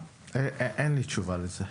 אין לי תשובה לזה.